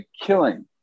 killing